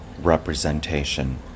representation